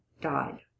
died